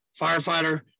firefighter